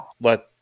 let